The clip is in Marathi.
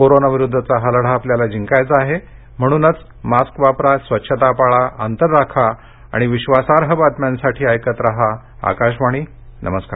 कोरोना विरुद्धचा हा लढा आपल्याला जिंकायचा आहे म्हणूनच मास्क वापरा स्वच्छता पाळा अंतर राखा आणि विश्वासार्ह बातम्यांसाठी ऐकत रहा आकाशवाणी नमस्कार